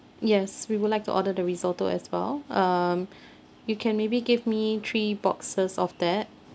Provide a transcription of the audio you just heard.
yes we would like to order the risotto as well um you can maybe give me three boxes of that